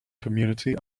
community